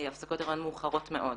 הפסקות היריון מאוחרות מאוד.